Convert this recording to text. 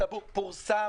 פורסם.